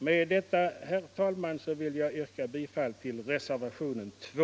Med detta vill jag, herr talman, yrka bifall till reservationen 2.